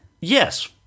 Yes